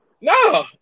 no